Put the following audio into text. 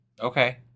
Okay